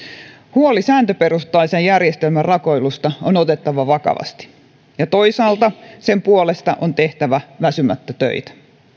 huoli sääntöperustaisen järjestelmän rakoilusta on otettava vakavasti ja toisaalta sen puolesta on tehtävä väsymättä töitä